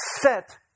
set